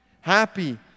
Happy